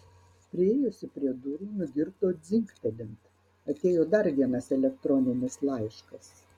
priėjusi prie durų nugirdo dzingtelint atėjo dar vienas elektroninis laiškas